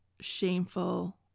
shameful